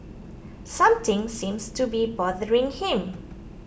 something seems to be bothering him